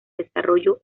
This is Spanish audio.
desarrollo